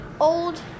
old